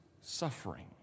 suffering